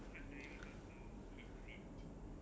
sleep